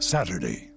Saturday